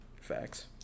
Facts